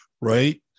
Right